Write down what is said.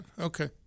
Okay